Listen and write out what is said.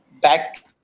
back